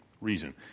reason